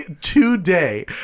today